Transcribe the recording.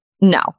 no